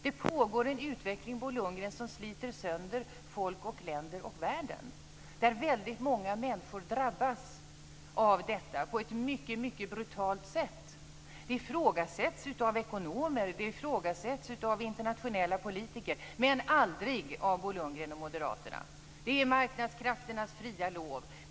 Det pågår en utveckling som sliter sönder folk, länder och världen där väldigt många människor drabbas av detta på ett mycket brutalt sätt. Det ifrågasätts av ekonomer och av internationella politiker, men aldrig av Bo Lundgren och moderaterna. Det är marknadskrafternas fria lov.